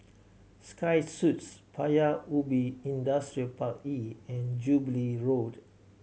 Sky Suites Paya Ubi Industrial Park E and Jubilee Road